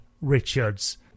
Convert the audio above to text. Richard's